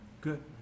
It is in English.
Good